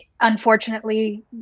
Unfortunately